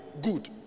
good